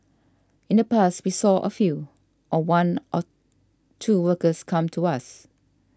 in the past we saw a few or one or two workers come to us